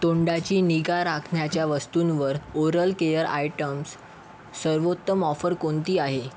तोंडाची निगा राखण्याच्या वस्तूंवर ओरल केअर आयटम्स सर्वोत्तम ऑफर कोणती आहे